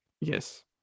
Yes